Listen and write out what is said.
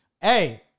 Hey